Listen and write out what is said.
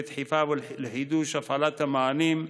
לדחיפה ולחידוש הפעלת המענים,